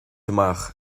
amach